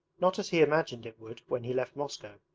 not as he imagined it would when he left moscow,